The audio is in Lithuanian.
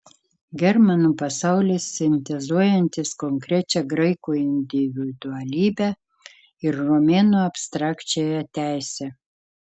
germanų pasaulis sintezuojantis konkrečią graikų individualybę ir romėnų abstrakčiąją teisę